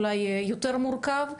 אולי יותר מורכב,